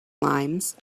limes